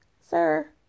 sir